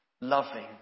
loving